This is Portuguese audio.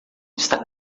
está